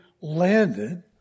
landed